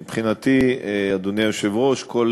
מבחינתי, אדוני היושב-ראש, כל